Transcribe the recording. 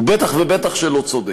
הוא בטח ובטח לא צודק.